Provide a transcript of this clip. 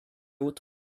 would